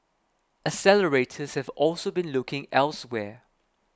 accelerators have also been looking elsewhere